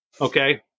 Okay